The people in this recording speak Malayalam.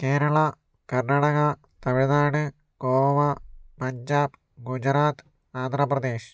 കേരള കർണാടക തമിഴ്നാട് ഗോവ പഞ്ചാബ് ഗുജറാത്ത് ആന്ധ്രപ്രദേശ്